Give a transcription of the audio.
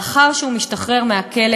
לאחר שהוא משתחרר מהכלא,